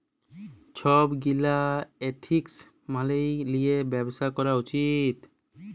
ছব গীলা এথিক্স ম্যাইলে লিঁয়ে ব্যবছা ক্যরা উচিত